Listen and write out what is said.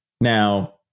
Now